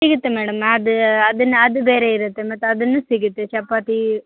ಸಿಗುತ್ತೆ ಮೇಡಮ್ ಅದು ಅದನ್ನು ಅದು ಬೇರೆ ಇರುತ್ತೆ ಮತ್ತೆ ಅದೂ ಸಿಗುತ್ತೆ ಚಪಾತಿ